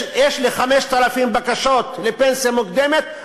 יש לי 5,000 בקשות לפנסיה מוקדמת,